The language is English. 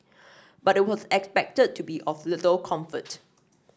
but it was expected to be of little comfort